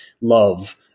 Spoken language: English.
love